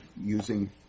using